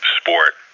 sport